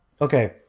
okay